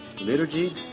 liturgy